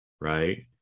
right